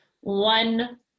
one